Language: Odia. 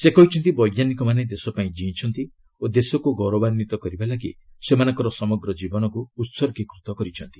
ସେ କହିଛନ୍ତି ବୈଜ୍ଞାନିକମାନେ ଦେଶପାଇଁ ଜିଇଁଛନ୍ତି ଓ ଦେଶକ୍ତ ଗୌରବାନ୍ୱିତ କରିବା ଲାଗି ସେମାନଙ୍କର ସମଗ୍ର ଜୀବନକୁ ଉହର୍ଗୀକୃତ କରିଛନ୍ତି